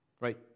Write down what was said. right